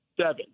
Seven